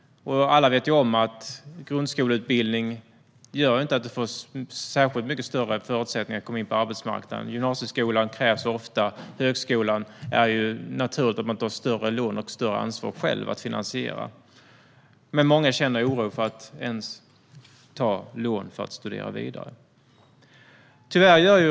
Alla vet att grundskoleutbildning inte räcker för att komma in på arbetsmarknaden, utan det krävs oftast gymnasieskola. När det gäller högskolan är det naturligt att man tar större lån och större eget ansvar för att finansiera sin utbildning. Men många känner som sagt oro för att ta lån för att studera vidare.